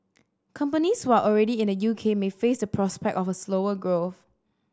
companies who are already in the U K may face the prospect of a slower growth